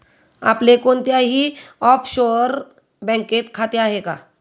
आपले कोणत्याही ऑफशोअर बँकेत खाते आहे का?